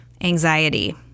anxiety